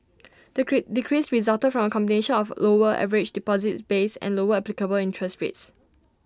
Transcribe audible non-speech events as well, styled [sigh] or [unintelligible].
the [unintelligible] decrease resulted from combination of lower average deposits base and lower applicable interest rates